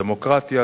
דמוקרטיה,